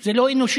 זה לא אנושי.